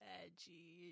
edgy